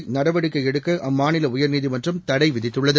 ஆதரவு வரைநடவடிக்கைஎடுக்கஅம்மாநிலஉயர்நீதிமன்றம் தடைவிதித்துள்ளது